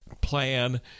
plan